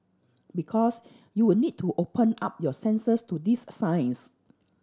because you were need to open up your senses to these a signs